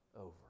over